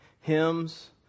hymns